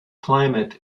climate